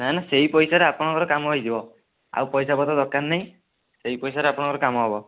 ନା ନା ସେଇ ପଇସାରେ ଆପଣଙ୍କର କାମ ହେଇଯିବ ଆଉ ପଇସାପତ୍ର ଦରକାର ନାହିଁ ସେଇ ପଇସାରେ ଆପଣଙ୍କର କାମ ହେବ